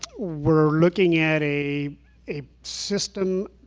we're looking at a a system,